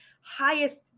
highest